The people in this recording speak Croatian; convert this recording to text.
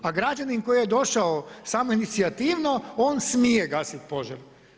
A građanin koji je došao samoinicijativno on smije gasiti požar.